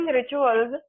rituals